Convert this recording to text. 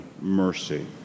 mercy